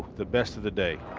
the best of the day.